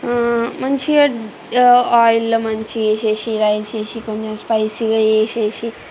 మంచిగ ఆయిల్లో మంచిగా వేసేసి రైసేసి కొంచెం స్పైసీగా వేసేసి